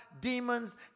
demons